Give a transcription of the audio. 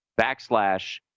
backslash